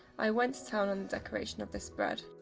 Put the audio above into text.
i went to town on the decoration of this spread.